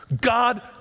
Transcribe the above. God